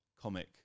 comic